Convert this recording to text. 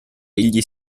egli